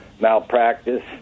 malpractice